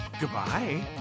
Goodbye